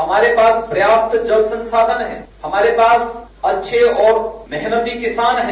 हमारे पास पर्याप्त जल संसाधन है हमारे पास अच्छे और मेहनती किसान है